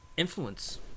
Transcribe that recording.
Influence